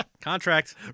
Contract